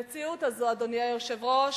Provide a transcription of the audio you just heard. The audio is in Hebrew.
אדוני היושב-ראש,